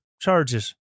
charges